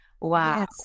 Wow